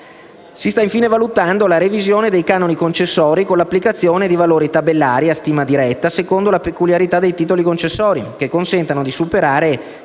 Si sta infine valutando la revisione dei canoni concessori, con l'applicazione di valori tabellari a stima diretta secondo la peculiarità dei titoli concessori, che consentano di superare in particolare